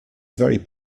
very